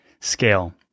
scale